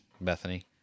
Bethany